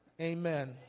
amen